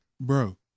Bro